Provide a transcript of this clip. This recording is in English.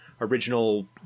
original